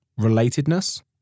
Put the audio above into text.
Relatedness